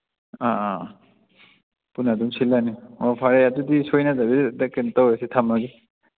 ꯑꯥ ꯑꯥ ꯑꯥ ꯄꯨꯟꯅ ꯑꯗꯨꯝ ꯁꯤꯜꯂꯅꯤ ꯑꯣ ꯐꯔꯦ ꯑꯗꯨꯗꯤ ꯁꯣꯏꯅꯗꯕꯤꯗ ꯀꯩꯅꯣ ꯇꯧꯔꯁꯤ ꯊꯝꯃꯒꯦ